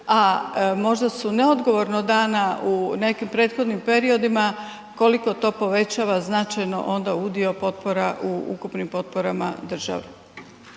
a možda su neodgovorno dana u nekim prethodnim periodima koliko to povećava značajno onda udio potpora u ukupnim potporama države.